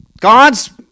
God's